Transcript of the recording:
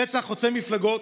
פצע חוצה מפלגות,